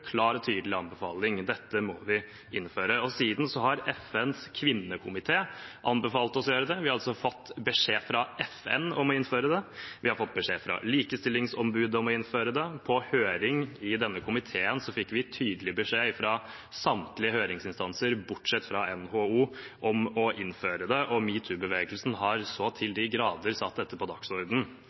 anbefaling om at dette må vi innføre. Siden har FNs kvinnekomité anbefalt oss å gjøre det. Vi har altså fått beskjed fra FN om å innføre det, vi har fått beskjed fra Likestillingsombudet om å innføre det, på høring i denne komiteen fikk vi tydelig beskjed fra samtlige høringsinstanser – bortsett fra NHO – om å innføre det, og metoo-bevegelsen har så til de grader satt dette på